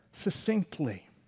succinctly